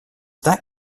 that